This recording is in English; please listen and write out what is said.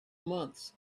months